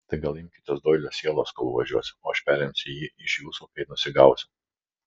tai gal imkitės doilio sielos kol važiuosiu o aš perimsiu jį iš jūsų kai nusigausiu